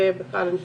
זה בכלל אין שאלה,